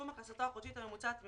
הכנסתו החודשית הממוצעת מעסק,